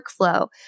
workflow